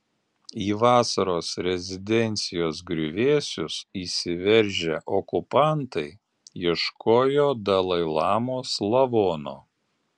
į vasaros rezidencijos griuvėsius įsiveržę okupantai ieškojo dalai lamos lavono